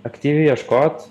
aktyviai ieškot